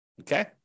Okay